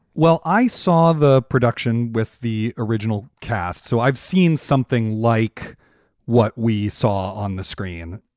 well, i saw the production with the original cast, so i've seen something like what we saw on the screen.